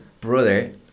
brother